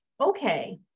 okay